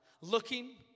looking